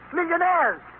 Millionaires